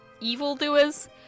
evildoers